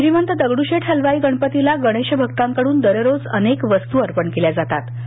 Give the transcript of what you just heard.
श्रीमंत दगडूशेठ हलवाई गणपतीला गणेश भक्तांकडून दररोज अनेक वस्तू अर्पण केल्या जाताता